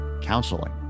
counseling